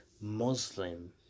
muslim